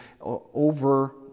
over